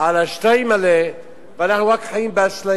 בסופו של דבר על השטריימל ואנחנו רק חיים באשליה.